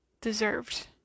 deserved